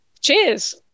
Cheers